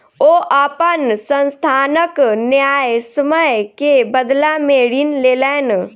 ओ अपन संस्थानक न्यायसम्य के बदला में ऋण लेलैन